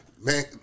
Man